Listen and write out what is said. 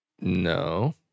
No